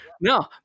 no